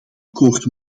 akkoord